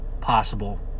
possible